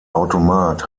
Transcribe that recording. automat